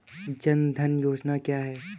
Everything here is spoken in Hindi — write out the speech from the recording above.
जनधन योजना क्या है?